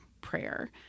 prayer